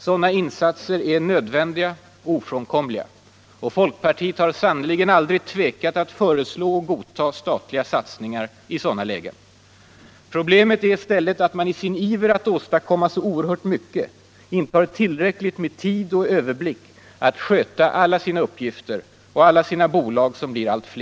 Sådana insatser är nödvändiga och ofrånkomliga. Folkpartiet har sannerligen aldrig tvekat att föreslå och godta statliga satsningar i sådana lägen. Problemet är i stället att man i sin iver att åstadkomma så oerhört mycket inte har tillräckligt med tid, kraft och överblick att sköta alla sina uppgifter och alla sina bolag som snabbt ökar i antal.